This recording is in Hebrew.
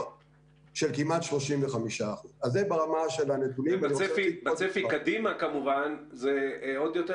של כמעט 35%. ובצפי קדימה זה כמובן עוד יותר.